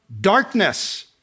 darkness